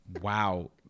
wow